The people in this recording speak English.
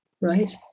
Right